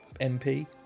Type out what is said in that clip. MP